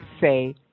say